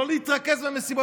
לא להתרכז במסיבות.